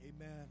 Amen